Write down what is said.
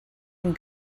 and